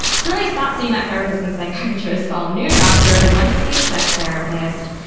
so then i stopped seeing that therapist and psychiatrist. saw a new doctor, went to see a sex therapist,